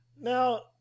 Now